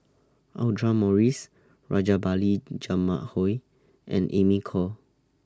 Audra Morrice Rajabali Jumabhoy and Amy Khor